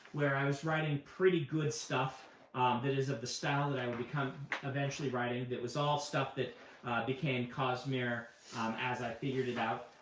where i was writing pretty good stuff that is of the style that i would become eventually writing, that was all stuff that became cosmere as i figured it out.